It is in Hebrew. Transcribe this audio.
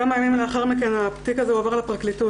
כמה ימים לאחר מכן התיק הזה הועבר לפרקליטות,